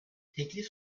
teklif